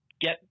get